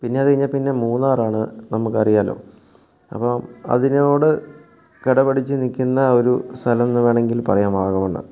പിന്നെ അതു കഴിഞ്ഞാൽ പിന്നെ മൂന്നാറാണ് നമുക്ക് അറിയാമല്ലോ അപ്പം അതിനോട് കിടപിടിച്ച് നിൽക്കുന്ന ഒരു സ്ഥലം എന്ന് വേണമെങ്കിൽ പറയാം വാഗമൺ